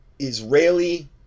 israeli